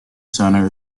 center